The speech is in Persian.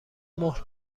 مهر